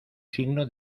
signo